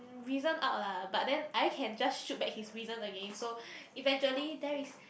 reason out lah but then I can just shoot back his reason again so eventually there is